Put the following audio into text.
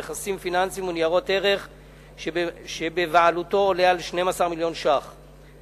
נכסים פיננסיים וניירות ערך שבבעלותו עולה על 12 מיליון שקלים,